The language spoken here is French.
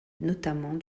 notamment